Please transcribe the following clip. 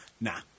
nah